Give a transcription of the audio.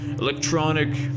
electronic